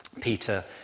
Peter